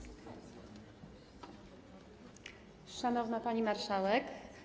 Szanowna Pani Marszałek!